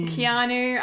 Keanu